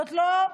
זאת לא,